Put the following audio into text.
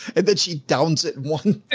i bet she downs it one,